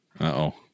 Uh-oh